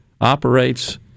operates